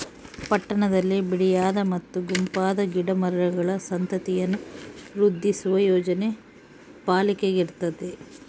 ಪಟ್ಟಣದಲ್ಲಿ ಬಿಡಿಯಾದ ಮತ್ತು ಗುಂಪಾದ ಗಿಡ ಮರಗಳ ಸಂತತಿಯನ್ನು ವೃದ್ಧಿಸುವ ಯೋಜನೆ ಪಾಲಿಕೆಗಿರ್ತತೆ